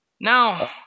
Now